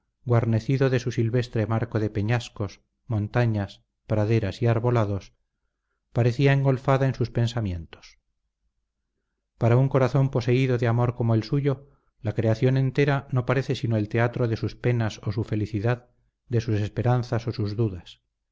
guarnecido de su silvestre marco de peñascos montañas praderas y arbolados parecía engolfada en sus pensamientos para un corazón poseído de amor como el suyo la creación entera no parece sino el teatro de sus penas o su felicidad de sus esperanzas o sus dudas